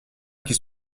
qui